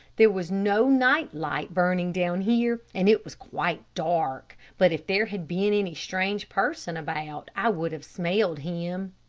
there was no night light burning down here, and it was quite dark, but if there had been any strange person about i would have smelled him.